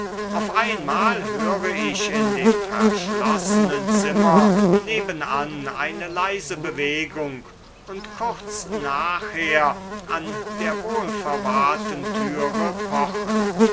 auf einmal höre ich in dem verschlossenen zimmer nebenan eine leise bewegung und kurz nachher an der wohlverwahrten türe pochen